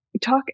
talk